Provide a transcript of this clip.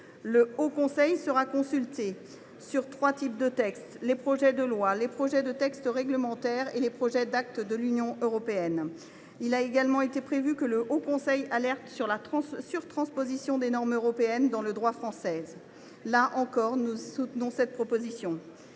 Le haut conseil sera consulté sur trois types de textes : les projets de loi, les projets de texte réglementaire et les projets d’acte de l’Union européenne. Il a également été prévu que le haut conseil alerte en matière de surtransposition de normes européennes dans le droit français. Nous soutenons également cette proposition.